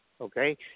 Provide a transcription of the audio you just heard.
okay